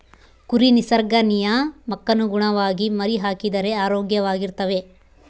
ಕುರಿ ನಿಸರ್ಗ ನಿಯಮಕ್ಕನುಗುಣವಾಗಿ ಮರಿಹಾಕಿದರೆ ಆರೋಗ್ಯವಾಗಿರ್ತವೆ